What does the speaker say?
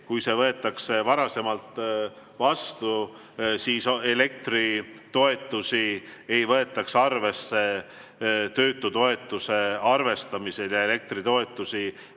475 SE võetakse varasemalt vastu, siis elektritoetusi ei võetaks arvesse töötutoetuse arvestamisel ja elektritoetusi